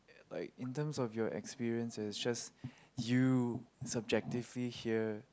like in terms of your experiences just you subjectively hear